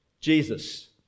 Jesus